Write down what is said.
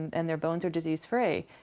and their bones are disease free,